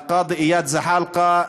הקאדי איאד זחלקה,